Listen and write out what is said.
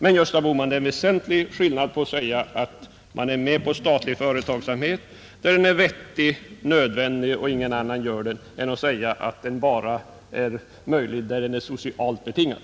Men, Gösta Bohman, det är en väsentlig skillnad mellan att säga att man är med på statlig företagsamhet där den är vettig och nödvändig och där ingen annan utför verksamheten och att säga att den bara är möjlig där den är socialt betingad.